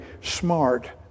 smart